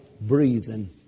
breathing